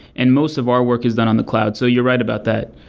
and most of our work is done on the cloud. so you're right about that.